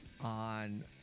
on